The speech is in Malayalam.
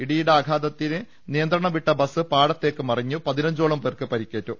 ഇടിയുടെ ആഘാതത്തിന് നിയന്ത്രണം വിട്ട ബസ്സ് പാടത്തേക്ക് മറിഞ്ഞു പതിനഞ്ചോളം പേർക്ക് പരിക്കേറ്റു